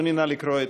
זו תהיה החוכמה,